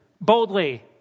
boldly